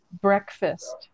breakfast